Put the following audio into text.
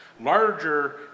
larger